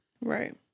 Right